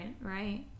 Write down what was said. right